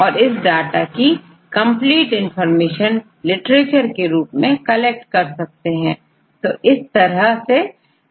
और इस डाटा की कंपलीट इनफार्मेशन लिटरेचर के रूप में कलेक्ट कर सकते हैं और यहां रेफरेंस भी प्राप्त हो जाएंगे